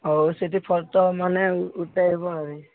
ହଉ ସେଇଠି ଫଟୋ ମାନେ ଉଠାଇବା ଆଉ